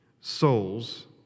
souls